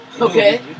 Okay